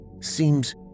seems